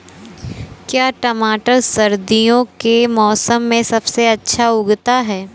क्या टमाटर सर्दियों के मौसम में सबसे अच्छा उगता है?